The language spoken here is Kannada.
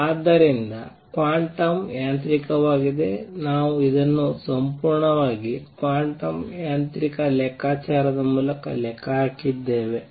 ಆದ್ದರಿಂದ ಕ್ವಾಂಟಮ್ ಯಾಂತ್ರಿಕವಾಗಿದೆ ನಾವು ಇದನ್ನು ಸಂಪೂರ್ಣವಾಗಿ ಕ್ವಾಂಟಮ್ ಯಾಂತ್ರಿಕ ಲೆಕ್ಕಾಚಾರದ ಮೂಲಕ ಲೆಕ್ಕ ಹಾಕಿದ್ದೇವೆ